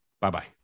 Bye-bye